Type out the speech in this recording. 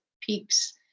peaks